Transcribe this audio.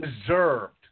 deserved